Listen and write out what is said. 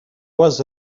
was